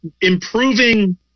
improving